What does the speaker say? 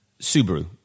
Subaru